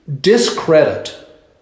discredit